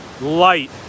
light